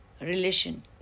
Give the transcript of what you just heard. relation